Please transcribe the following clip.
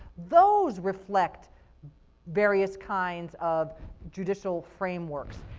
those reflect various kind of judicial frameworks.